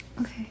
Okay